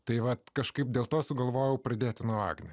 tai vat kažkaip dėl to sugalvojau pradėti nuo agnę